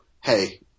hey